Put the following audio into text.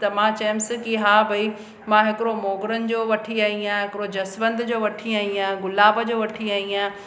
त मां चयोमांस की हा भई मां हाणे हिकिड़ो मोगरनि जो वठी आई आहियां हिकिड़ो जसवंत जो वठी आई आहियां गुलाब जो वठी आई आहियां